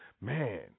man